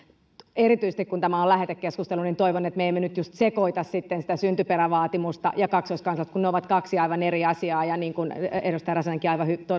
erityisesti kun tämä on lähetekeskustelu toivon että me emme nyt just sekoita sitten syntyperävaatimusta ja kaksoiskansalaisuutta sillä ne ovat kaksi aivan eri asiaa niin kuin edustaja räsänenkin aivan